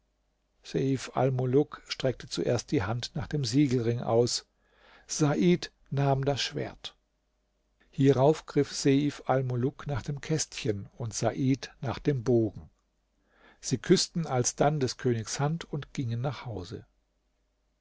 streckte zuerst die hand nach dem siegelring aus said nahm das schwert hierauf griff seif almuluk nach dem kästchen und said nach dem bogen sie küßten alsdann des königs hand und ging nach hause